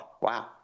wow